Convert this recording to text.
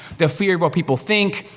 the fear of what people think,